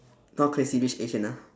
not crazy rich asian ah